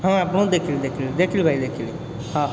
ହଁ ଆପଣଙ୍କୁ ଦେଖିଲି ଦେଖିଲି ଦେଖିଲି ଭାଇ ଦେଖିଲି ହଁ